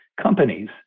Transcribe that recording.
companies